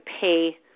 pay